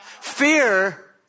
Fear